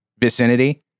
vicinity